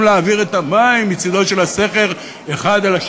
להעביר את המים מצדו האחד של הסכר לשני,